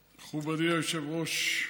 היושב-ראש,